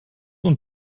und